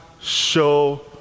show